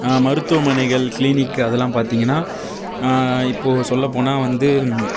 மருத்துவமனைகள் கிளினிக் அதெல்லாம் பார்த்திங்கனா இப்போது சொல்லப் போனால் வந்து